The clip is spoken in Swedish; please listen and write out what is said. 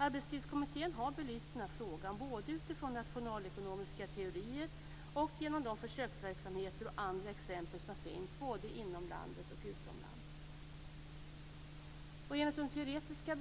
Arbetstidskommittén har belyst frågan både utifrån nationalekonomiska teorier och utifrån de försöksverksamheter och andra exempel som finns såväl inom landet som utomlands. Enligt de teoretiska